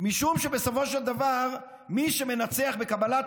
משום שבסופו של דבר מי שמנצח בקבלת